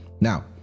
Now